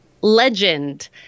Legend